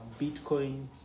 Bitcoin